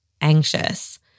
anxious